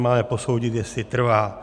Máme posoudit, jestli trvá.